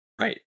Right